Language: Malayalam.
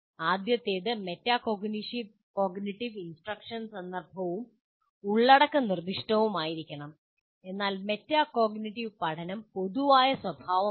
ആദ്യത്തേത് മെറ്റാകോഗ്നിറ്റീവ് ഇൻസ്ട്രക്ഷൻ സന്ദർഭവും ഉള്ളടക്ക നിർദ്ദിഷ്ടവുമായിരിക്കണം എന്നാൽ മെറ്റാകോഗ്നിറ്റീവ് പഠനം പൊതുവായ സ്വഭാവമാണ്